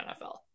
NFL